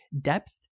depth